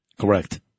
Correct